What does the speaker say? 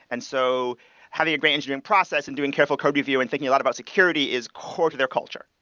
and so having a great engineering process and doing careful code review and thinking a lot about security is core to their culture.